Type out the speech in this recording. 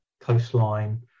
coastline